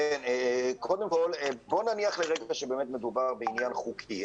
קודם כל, בואו נניח לרגע שמדובר בעניין חוקי.